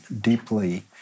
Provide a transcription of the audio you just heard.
deeply